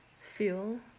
Feel